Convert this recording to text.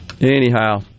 Anyhow